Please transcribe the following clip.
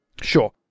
Sure